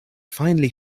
finally